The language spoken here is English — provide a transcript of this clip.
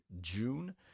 june